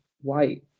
white